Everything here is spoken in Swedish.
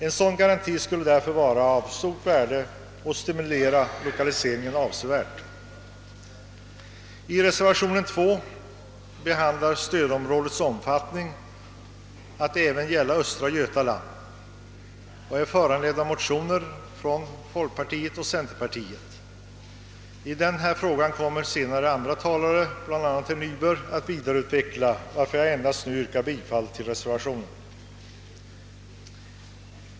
En sådan garanti skulle därför vara av stort värde och stimulera lokaliseringen avsevärt. I reservationen 2, vilken reservation föranletts av motioner från folkpartiet och centerpartiet, föreslås att det statliga lokaliseringsstödet även inriktas på östra Götaland. I denna fråga kommer andra talare att vidareutveckla spörsmålet, varför jag endast yrkar bifall till reservationen.